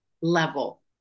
level